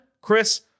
Chris